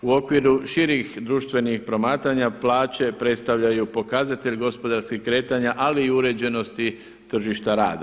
U okviru širih društvenih promatranja plaće predstavljaju pokazatelj gospodarskih kretanja ali i uređenosti tržišta rada.